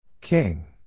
King